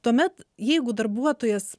tuomet jeigu darbuotojas